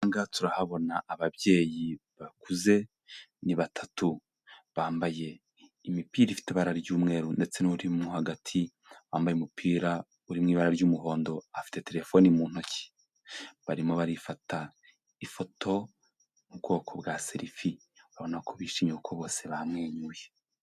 Aha ngaha turahabona ababyeyi bakuze ni batatu. Bambaye imipira ifite ibara ry'umweru ndetse n'urimo hagati wambaye umupira uri mu ibara ry'umuhondo afite telefone mu ntoki. Barimo barifata ifoto mu bwoko bwa selfie. Urabona ko bishimye kuko bose bamwenyuye.